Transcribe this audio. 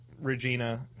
Regina